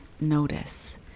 notice